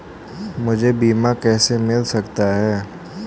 मुझे बीमा कैसे मिल सकता है?